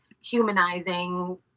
humanizing